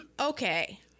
Okay